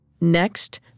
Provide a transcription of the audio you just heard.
Next